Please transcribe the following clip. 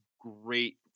great